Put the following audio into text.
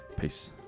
Peace